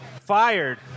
fired